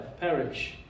perish